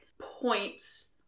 points